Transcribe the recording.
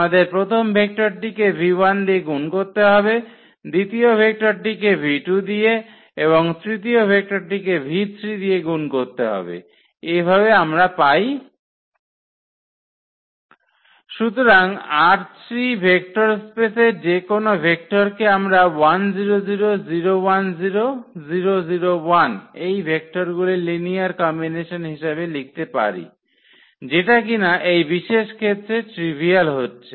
আমাদের প্রথম ভেক্টরটিকে v1 দিয়ে গুণ করতে হবে দ্বিতীয় ভেক্টরকে v2 দিয়ে এবং তৃতীয় ভেক্টরকে v3 দিয়ে গুণ করতে হবে এভাবে আমরা পাই সুতরাং ℝ3 ভেক্টর স্পেসের যেকোন ভেক্টরকে আমরা এবং এই ভেক্টরগুলির লিনিয়ার কম্বিনেশন হিসাবে লিখতে পারি যেটা কিনা এই বিশেষ ক্ষেত্রে ট্রিভিয়াল হচ্ছে